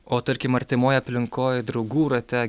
o tarkim artimoj aplinkoj draugų rate